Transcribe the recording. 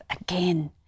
again